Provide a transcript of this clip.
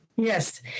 Yes